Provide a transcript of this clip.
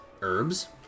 herbs